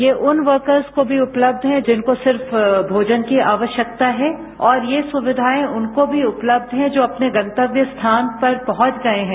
जो उन वर्क़करस को भी उपलब्ध है जिनको सिर्फ भोजन की आवश्यकता है और यह सुविधाएं उनको भी उपलब्ध है जो अपने गंतव्य स्थान पर पहुंच गए हैं